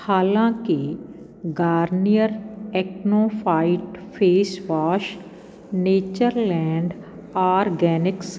ਹਾਲਾਂਕਿ Garnier acno fight face wash Natureland organics